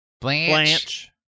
Blanche